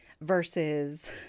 versus